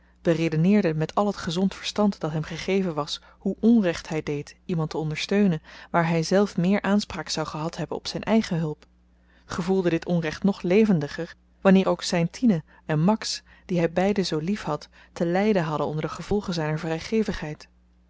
beredeneerde met al t gezond verstand dat hem gegeven was hoe onrecht hy deed iemand te ondersteunen waar hyzelf meer aanspraak zou gehad hebben op zyn eigen hulp gevoelde dit onrecht nog levendiger wanneer ook zyn tine en max die hy beiden zoo lief had te lyden hadden onder de gevolgen zyner